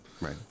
Right